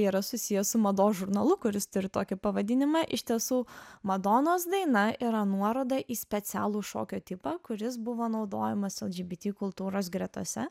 tai yra susiję su mados žurnalu kuris turi tokį pavadinimą iš tiesų madonos daina yra nuoroda į specialų šokio tipą kuris buvo naudojamas lgbt kultūros gretose